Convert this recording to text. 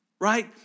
right